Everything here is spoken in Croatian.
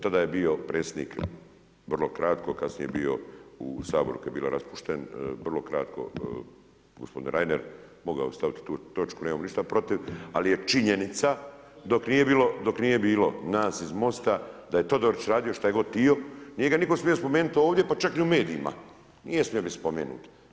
Tada je bio predsjednik vrlo kratko, kasnije bio u Saboru kada je bila raspušten, gospodin Reiner, mogao bi staviti tu točku nemao ništa protiv, ali je činjenica dok nije bilo nas iz Most-a da je Todorić radio što je god htio, nije ga niko smio spomenuti ovdje pa čak ni u medijima, nije smio biti spomenut.